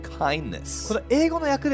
kindness